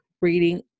reading